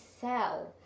sell